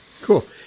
cool